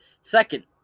Second